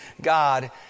God